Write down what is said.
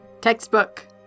Textbook